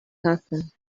happen